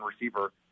receiver